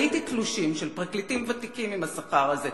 ראיתי תלושים של פרקליטים ותיקים עם השכר הזה.